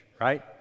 right